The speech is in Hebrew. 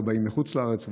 לא באים מחוץ לארץ,